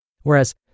whereas